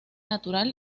natural